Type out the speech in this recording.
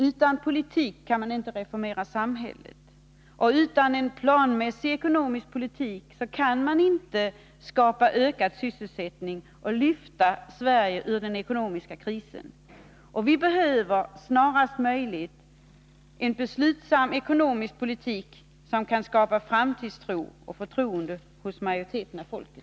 Utan politik kan man inte reformera samhället, och utan en planmässig ekonomisk politik kan man inte skapa ökad sysselsättning och lyfta Sverige ur den ekonomiska krisen. Vi behöver snarast möjligt en beslutsam ekonomisk politik som kan skapa framtidstro och förtroende hos majoriteten av folket.